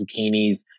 zucchinis